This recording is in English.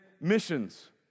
missions